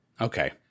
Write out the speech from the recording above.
Okay